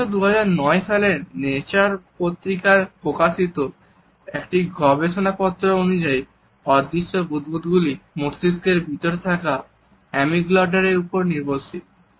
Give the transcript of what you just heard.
প্রথমত 2009 সালের নেচার পত্রিকায় প্রকাশিত একটি গবেষণাপত্র অনুযায়ী অদৃশ্য বুদবুদ গুলি মস্তিষ্কের গভীরে থাকা অ্যামিগডালার উপর নির্ভরশীল